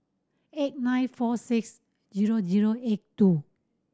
eight nine four six zero zero eight two